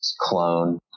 clone